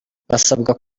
basabwa